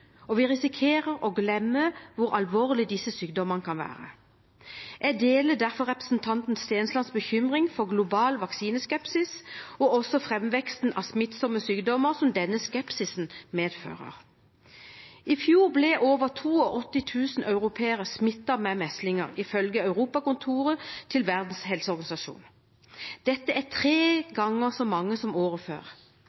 og vi risikerer å glemme hvor alvorlige disse sykdommene kan være. Jeg deler derfor representanten Stenslands bekymring over global vaksineskepsis og framveksten av smittsomme sykdommer som denne skepsisen medfører. I fjor ble over 82 000 europeere smittet med meslinger, ifølge Europakontoret til Verdens helseorganisasjon. Det er